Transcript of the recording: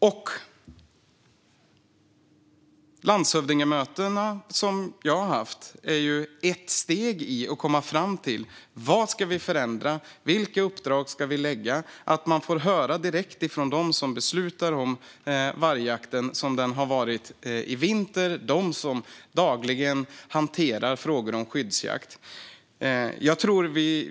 De landshövdingsmöten jag har haft är ett steg i att komma fram till vad vi ska förändra och vilka uppdrag vi ska ge men också i att få höra direkt från dem som beslutar om vargjakten, så som den har varit i vinter, och från dem som dagligen hanterar frågor om skyddsjakt.